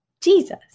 Jesus